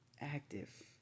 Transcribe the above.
active